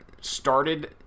started